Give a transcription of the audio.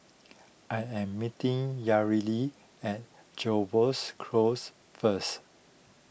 I am meeting Yareli at Jervois Close first